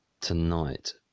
tonight